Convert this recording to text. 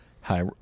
hi